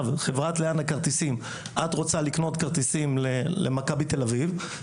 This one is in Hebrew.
נניח ואת רוצה לקנות כרטיסים למכבי תל אביב בחברת לאן כרטיסים,